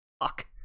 Fuck